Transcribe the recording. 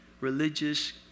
religious